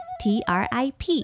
trip